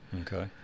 Okay